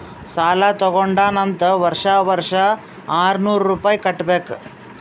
ಸಾಲಾ ತಗೊಂಡಾನ್ ಅಂತ್ ವರ್ಷಾ ವರ್ಷಾ ಆರ್ನೂರ್ ರುಪಾಯಿ ಕಟ್ಟಬೇಕ್